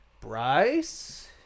bryce